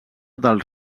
dels